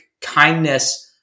kindness